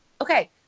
Okay